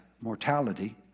mortality